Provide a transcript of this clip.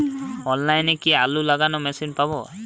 অনলাইনে কি আলু লাগানো মেশিন পাব?